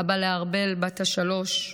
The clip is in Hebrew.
אבא לארבל בת השלוש,